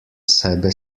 sebe